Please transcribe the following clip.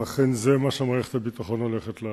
ואכן זה מה שמערכת הביטחון תעשה.